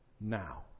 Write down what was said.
now